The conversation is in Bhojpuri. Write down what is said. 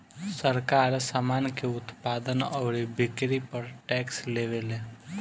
सरकार, सामान के उत्पादन अउरी बिक्री पर टैक्स लेवेले